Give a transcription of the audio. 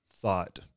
thought